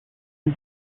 new